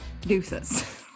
deuces